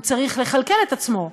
הוא צריך לכלכל את עצמו,